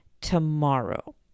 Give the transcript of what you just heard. tomorrow